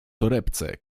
torebce